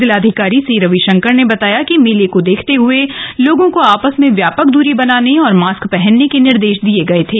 जिलाधिकारी सीं रविशंकर ने बताया कि मेले को देखते हए लोगों को आपस में ब्यापक दूरी बनाने और मास्क पहनने के निर्देश दिए थे